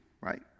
right